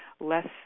less